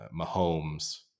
Mahomes